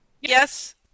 yes